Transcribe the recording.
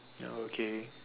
okay